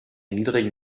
niedrigen